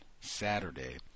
Saturday